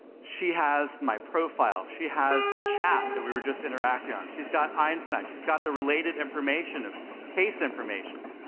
she has my profile, she has the chat that we were just interacting on. she's got einstein, she's got the related information of case information.